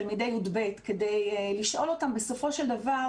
תלמידי י"ב כדי לשאול אותם בסופו של דבר